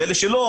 ואלה שלא,